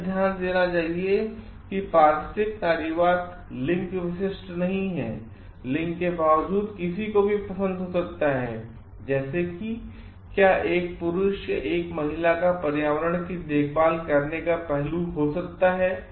यह ध्यान दिया जाना चाहिए कि पारिस्थितिक नारीवाद यह लिंग विशिष्ट नहीं है लिंग के बावजूद किसी को भी पसंद हो सकता है जैसे कि क्या एक पुरुष या एक महिला का पर्यावरण की देखभाल करना पहलू हो सकता है